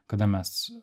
kada mes